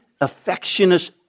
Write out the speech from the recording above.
affectionate